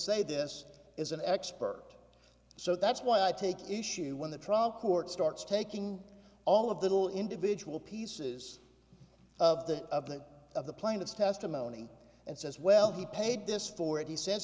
say this is an expert so that's why i take issue when the trial court starts taking all of the individual pieces of the of the of the plaintiff's testimony and says well he paid this forty cents